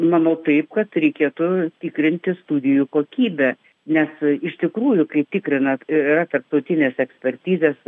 manau taip kad reikėtų tikrinti studijų kokybę nes iš tikrųjų kai tikrina yra tarptautinės ekspertizės